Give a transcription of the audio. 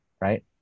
right